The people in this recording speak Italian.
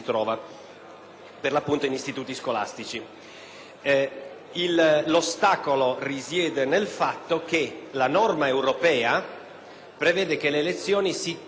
L'ostacolo risiede nel fatto che, mentre la normativa europea prevede che le elezioni si tengano fra il giovedì e la domenica,